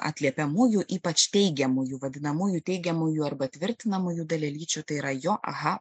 atliepiamųjų ypač teigiamųjų vadinamųjų teigiamųjų arba tvirtinamųjų dalelyčių tai yra jo aha